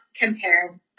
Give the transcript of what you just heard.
compare